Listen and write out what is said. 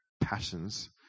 passions